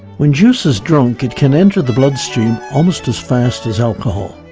when juice is drunk it can enter the bloodstream almost as fast as alcohol.